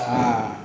ah